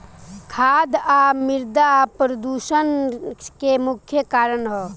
खाद आ मिरदा प्रदूषण के मुख्य कारण ह